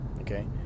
Okay